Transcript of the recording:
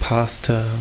Pasta